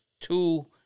Two